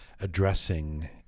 addressing